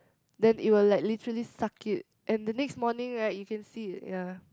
then it will like literally suck it and the next morning right you can see it ya